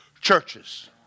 churches